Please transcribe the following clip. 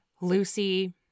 Lucy